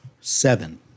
Seven